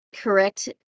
Correct